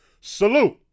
Salute